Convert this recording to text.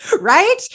Right